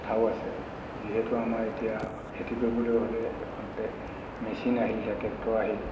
কথাও আছে যিহেতু আমাৰ এতিয়া খেতি কৰিবলৈ হ'লে এখনটে মেচিন আহিল ট্ৰেক্টৰ আহিল